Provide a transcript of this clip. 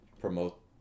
promote